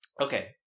okay